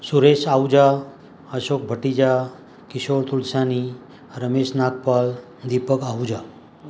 Suresh Ahuja Ashok Bhatija Kishore Tulsiani Ramesh Nagpal Deepak Ahuja